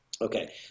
Okay